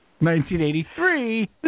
1983